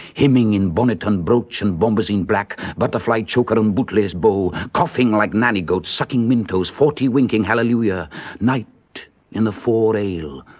hymning in bonnet and brooch and bombazine black, butterfly choker and bootlace bow, coughing like nannygoats, sucking mintoes, fortywinking hallelujah night in the four-ale,